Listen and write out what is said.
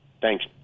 Thanks